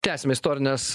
tęsiam istorines